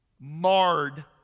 marred